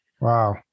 Wow